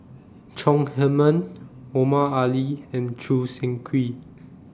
Chong Heman Omar Ali and Choo Seng Quee